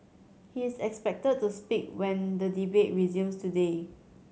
he is expected to speak when the debate resumes today